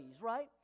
right